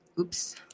oops